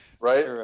Right